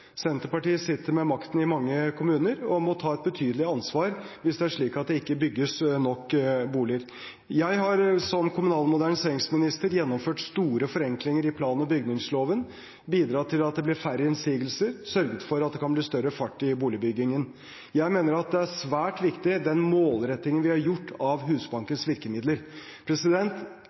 Senterpartiet sitter med makten i mange kommuner og må ta et betydelig ansvar hvis det er slik at det ikke bygges nok boliger. Som kommunal- og moderniseringsminister har jeg gjennomført store forenklinger i plan- og bygningsloven, bidratt til at det blir færre innsigelser, og sørget for at det kan bli større fart i boligbyggingen. Jeg mener at den målrettingen vi har gjort av Husbankens virkemidler,